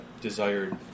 desired